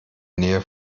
nähe